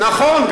נכון.